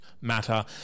matter